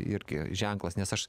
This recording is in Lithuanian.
irgi ženklas nes aš